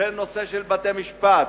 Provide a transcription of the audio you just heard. זה נושא של בתי-משפט,